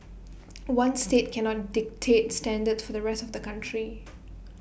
one state cannot dictate standards for the rest of the country